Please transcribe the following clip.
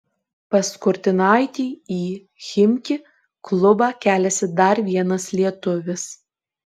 pas kurtinaitį į chimki klubą keliasi dar vienas lietuvis